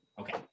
Okay